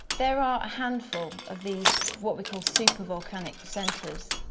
there are a handful of these what we call super-volcanic centres.